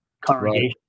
congregation